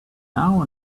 now